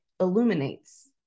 illuminates